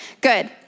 good